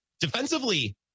Defensively